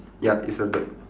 ya it's a bird